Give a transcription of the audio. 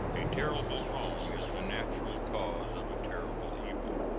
a terrible wrong is the natural cause of a terrible evil.